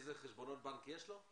איזה חשבונות בנק יש לו?